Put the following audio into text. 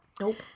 Nope